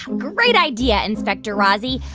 great idea, inspector razzie.